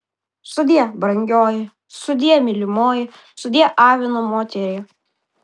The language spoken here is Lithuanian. sudie brangioji sudie mylimoji sudie avino moterie